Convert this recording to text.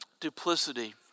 Duplicity